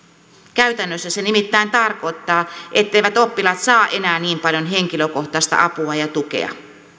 käytännössä se nimittäin tarkoittaa etteivät oppilaat saa enää niin paljon henkilökohtaista apua ja tukea